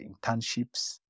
internships